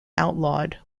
outlawed